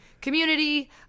community